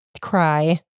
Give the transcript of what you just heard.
cry